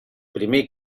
primer